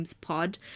Pod